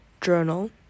journal